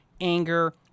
anger